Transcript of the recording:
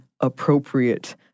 appropriate